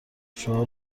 شعار